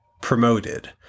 promoted